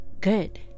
Good